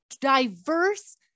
diverse